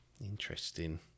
Interesting